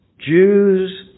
Jews